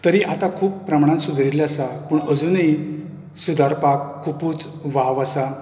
तरी आतां खूब प्रमाणांत सुदरिल्ले आसा पूण अजुनूय सुदारपाक खुबूच वाव आसा